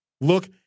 look